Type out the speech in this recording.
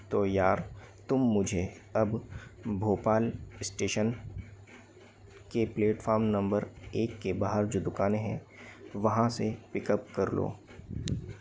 तो यार तुम मुझे अब भोपाल स्टेशन के प्लेटफ़ॉर्म नंबर एक के बाहर जो दुकाने हैं वहाँ से पिकअप कर लो